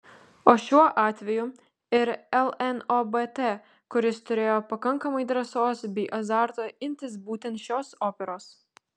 o šiuo atveju ir lnobt kuris turėjo pakankamai drąsos bei azarto imtis būtent šios operos